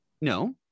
No